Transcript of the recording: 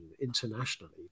internationally